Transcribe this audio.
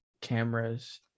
cameras